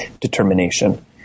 determination